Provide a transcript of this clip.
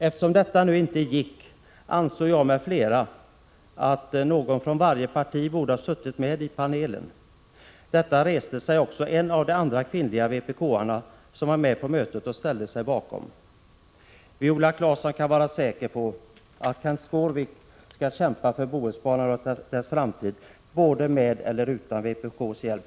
Eftersom detta nu inte gick att åstadkomma ansåg jag m.fl. att någon från varje parti borde ha suttit med i panelen. En av de andra kvinnliga vpk:arna som var med på mötet ställde sig också bakom detta. Viola Claesson kan vara säker på att Kenth Skårvik även i fortsättningen skall kämpa för Bohusbanan och dess framtid — med eller utan vpk:s hjälp!